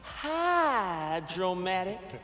hydromatic